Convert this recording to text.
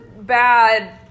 bad